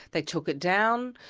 they took it down.